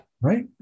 Right